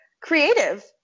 creative